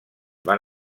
van